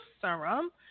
Serum